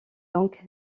donc